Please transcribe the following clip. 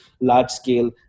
large-scale